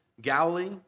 Galilee